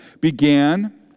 began